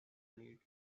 need